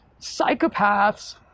psychopaths